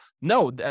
no